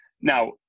Now